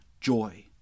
joy